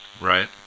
right